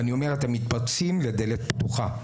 ואני אומר, אתם מתפרצים לדלת פתוחה.